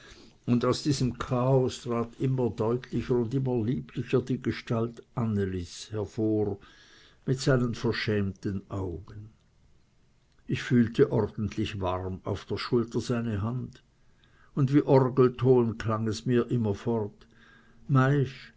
und aus diesem chaos trat immer deutlicher und immer lieblicher die gestalt annelis hervor mit seinen verschämten augen ich fühlte ordentlich warm auf der schulter seine hand und wie orgelton klang es mir